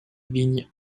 vigne